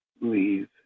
leave